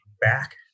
back